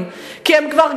כיבוש,